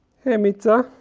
hey meetha